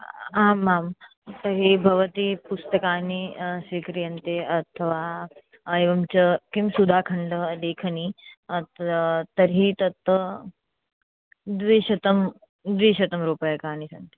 आमां तर्हि भवती पुस्तकानि स्वीक्रियते अथवा एवं च सुधाखण्डः लेखनी ते तर्हि तत् द्विशतं द्विशतं रूप्यकाणि सन्ति